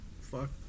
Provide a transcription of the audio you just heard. Fuck